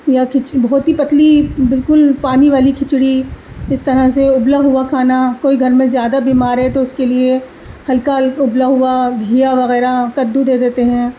یا کھچ بہت ہی پتلی بالکل پانی والی کھچڑی اس طرح سے ابلا ہوا کھانا کوئی گھر میں زیادہ بیمار ہے تو اس کے لیے ہلکا ابلا ہوا گھیا وغیرہ کدو دے دیتے ہیں